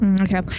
Okay